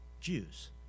Jews